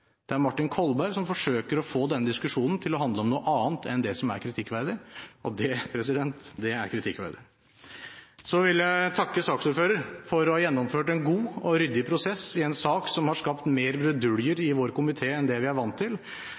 Det er Martin Kolberg som forsøker å få denne diskusjonen til å handle om noe annet enn det som er kritikkverdig – og det er kritikkverdig. Så vil jeg takke saksordføreren for å ha gjennomført en god og ryddig prosess i en sak som har skapt mer bruduljer i vår komité enn det vi er vant til.